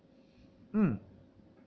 mm